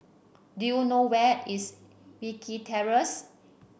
do you know where is Wilkie Terrace